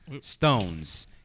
Stones